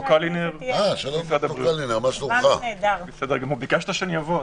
כן, ביקשת שאני אבוא.